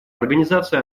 организации